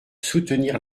soutenir